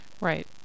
Right